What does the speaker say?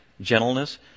gentleness